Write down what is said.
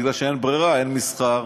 בגלל שאין ברירה: אין מסחר,